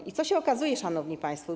I co się okazuje, szanowni państwo?